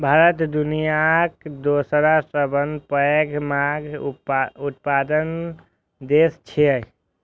भारत दुनियाक दोसर सबसं पैघ माछ उत्पादक देश छियै